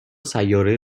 سیاره